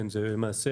למעשה,